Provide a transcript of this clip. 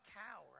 cow